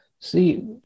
see